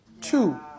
Two